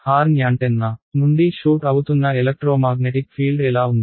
horn antenna నుండి shoot అవుతున్న electromagnetic field ఎలా ఉంది